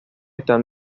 están